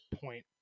point